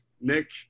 Nick